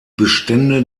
bestände